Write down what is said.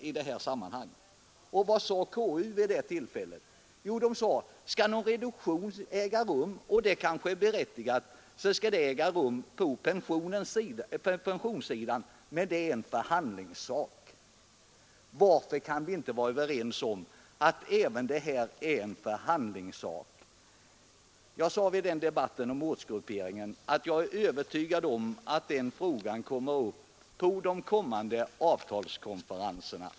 Vad sade konstitutionsutskottet vid det tillfället? Jo, att skall någon reduktion äga rum — och det kanske är berättigat — skall den ske på pensionssidan, men det är en förhandlingssak. Varför kan vi inte vara överens om att även det här är en förhandlingssak. Jag sade i debatten om ortsgrupperingen att jag är övertygad om att den frågan kommer upp på de kommande avtalskonferenserna.